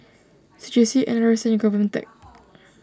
C J C N R I C and Govtech